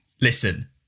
listen